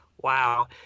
Wow